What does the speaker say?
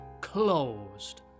closed